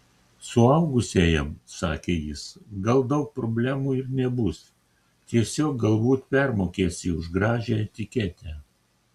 suaugusiajam sakė jis gal daug problemų ir nebus tiesiog galbūt permokėsi už gražią etiketę